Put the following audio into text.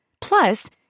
Plus